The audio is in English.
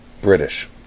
British